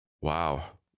Wow